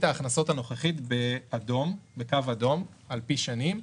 ההכנסות הנוכחית בקו אדום על פי שנים,